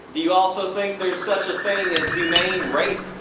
do you also think there is such a thing as humane rape?